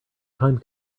time